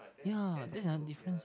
ya that's another difference